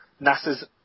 NASA's